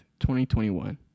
2021